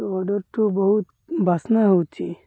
order ଠୁ ବହୁତ ବାସ୍ନା ହେଉଛି